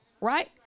right